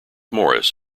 morris